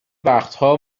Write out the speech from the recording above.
وقتها